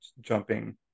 jumping